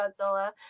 Godzilla